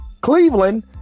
Cleveland